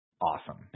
awesome